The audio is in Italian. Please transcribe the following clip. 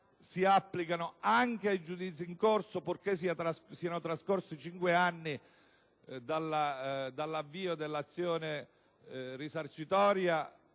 si applicano anche ai giudizi in corso, purché siano trascorsi cinque anni dall'avvio dell'azione risarcitoria